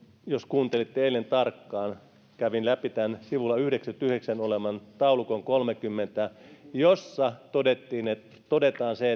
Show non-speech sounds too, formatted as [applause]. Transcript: jos kuuntelitte eilen tarkkaan kävin läpi tämän sivulla yhdeksänkymmenenyhdeksän olevan taulukon kolmekymmentä jossa todetaan se [unintelligible]